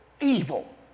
evil